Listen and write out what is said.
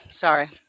Sorry